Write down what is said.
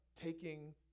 taking